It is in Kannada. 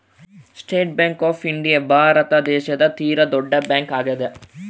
state Bank of India Bharata ದೇಶದ ತೀರ ದೊಡ್ಡ ಬ್ಯಾಂಕ್ ಆಗ್ಯಾದ